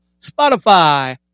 spotify